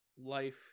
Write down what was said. life